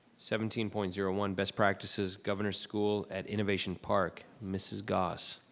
seventeen point zero one best practices governor school at innovation park, mrs. goss.